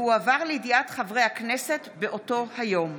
והועבר לידיעת חברי הכנסת באותו היום.